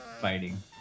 fighting